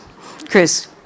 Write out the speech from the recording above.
Chris